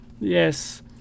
Yes